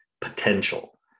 potential